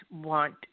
want